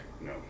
No